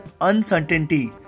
uncertainty